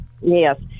Yes